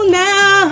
now